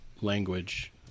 language